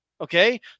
Okay